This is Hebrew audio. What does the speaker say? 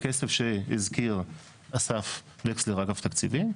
לכסף שהזכיר אסף בהסדר התקציבים.